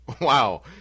Wow